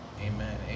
Amen